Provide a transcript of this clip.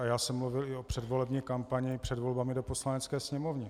A já jsem mluvil i o předvolební kampani před volbami do Poslanecké sněmovny.